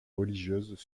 religieuses